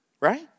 right